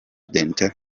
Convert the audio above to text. dente